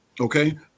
okay